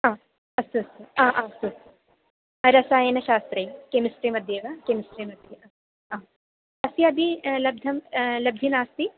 हा अस्तु अस्तु आ अस्तु अस्तु रसायनशास्त्रे केमिस्ट्रिमध्ये वा केमिस्ट्रिमध्ये हा अस्यापि लब्धं उपलब्धिः नास्ति